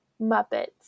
Muppets